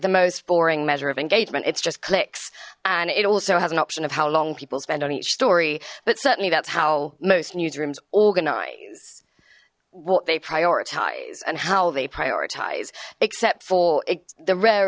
the most boring measure of engagement it's just clicks and it also has an option of how long people spend on each story but certainly that's how most newsrooms organize what they prioritize and how they prioritize except for the rare